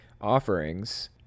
offerings